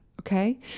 okay